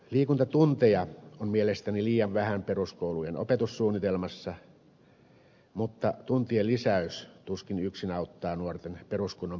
liikuntatunteja on mielestäni liian vähän peruskoulujen opetussuunnitelmassa mutta tuntien lisäys tuskin yksin auttaa nuorten peruskunnon parantamiseen